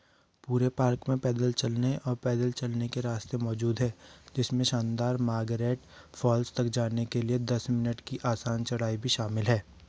पूरे पार्क में पैदल चलने और पैदल चलने के रास्ते मौजूद हैं जिसमें शानदार मार्गरेट फॉल्स तक जाने के लिए दस मिनट की आसान चढ़ाई भी शामिल है